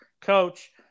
Coach